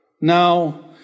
Now